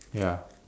ya